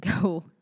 go